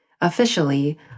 officially